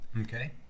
Okay